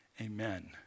Amen